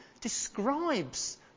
describes